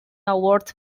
award